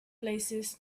places